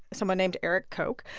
someone named eric koch,